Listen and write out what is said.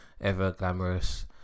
ever-glamorous